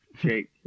Jake